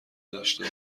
داشته